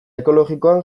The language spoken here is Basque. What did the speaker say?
ekologikoan